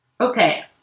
Okay